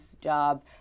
job